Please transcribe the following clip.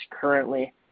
currently